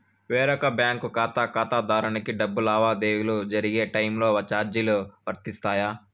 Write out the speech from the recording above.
వేరొక బ్యాంకు ఖాతా ఖాతాదారునికి డబ్బు లావాదేవీలు జరిగే టైములో చార్జీలు వర్తిస్తాయా?